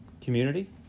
community